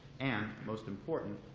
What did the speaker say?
and most important,